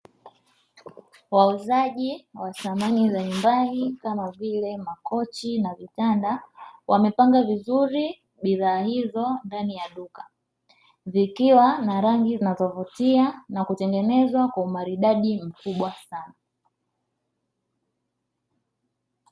Wauzaji wa samani za nyumbani, kama vile makochi na vitanda. Wamepanga vizuri bidhaa hizo ndani ya duka, zikiwa na rangi zinazovutia na kutengenezwa kwa umaridadi mkubwa sana.